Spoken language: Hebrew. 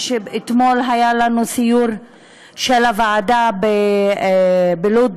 אתמול היה לנו סיור של הוועדה בלוד-רמלה,